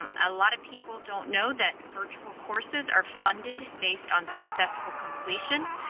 um a lot of people don't know that virtual courses are funded based on successful completion.